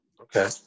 okay